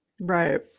Right